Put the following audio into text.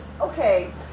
Okay